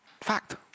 Fact